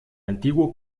antiguo